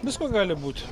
visko gali būt